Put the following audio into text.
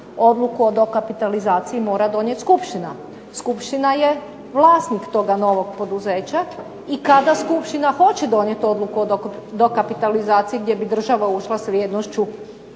odluku o dokapitalizaciji mora donijeti skupština. Skupština je vlasnik toga novog poduzeća i kada skupština hoće donijeti odluku o dokapitalizaciji gdje bi država ušla s vrijednošću